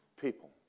People